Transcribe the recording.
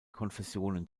konfessionen